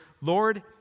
Lord